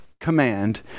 command